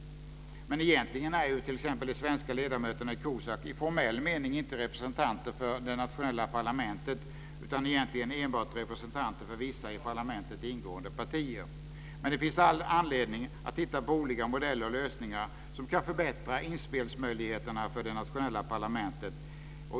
Men egentligen är t.ex. de svenska ledamöterna i COSAC i formell mening inte representanter för det nationella parlamentet utan enbart representanter för vissa i parlamentet ingående partier. Det finns all anledning att titta på olika modeller och lösningar som kan förbättra inspelsmöjligheterna för de nationella parlamenten.